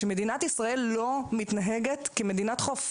שמדינת ישראל לא מתנהגת כמדינת חוף.